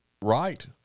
right